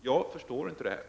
Jag förstår inte detta.